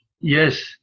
Yes